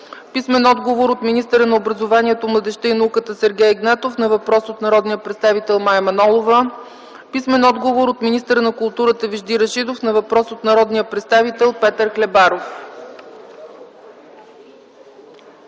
Найденов; - от министъра на образованието, младежта и науката Сергей Игнатов на въпрос от народния представител Мая Манолова; - от министъра на културата Вежди Рашидов на въпрос от народния представител Петър Хлебаров.